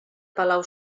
palau